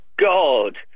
God